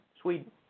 Sweden